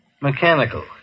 mechanical